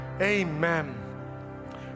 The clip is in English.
Amen